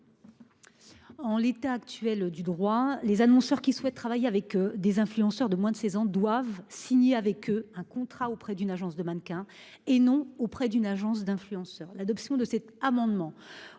En l'état actuel du droit, les annonceurs qui souhaitent travailler avec des influenceurs de moins de 16 ans doivent signer avec eux un contrat auprès d'une agence de mannequins, et non auprès d'une agence d'influenceurs. L'adoption de cet amendement